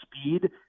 speed